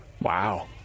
Wow